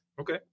Okay